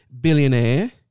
billionaire